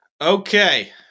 Okay